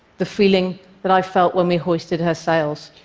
the feeling that i felt when we hoisted her sails.